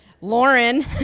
Lauren